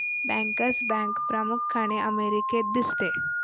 bankers bank प्रामुख्याने अमेरिकेत दिसते